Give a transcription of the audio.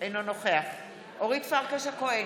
אינו נוכח אורית פרקש הכהן,